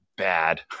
bad